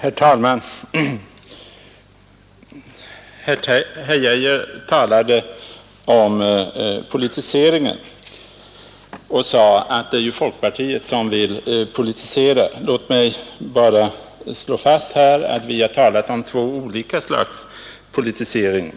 Herr talman! Herr Arne Geijer talade om politiseringen och menade att det är folkpartiet som vill politisera. Låt mig bara slå fast att vi har talat om två olika slags politisering.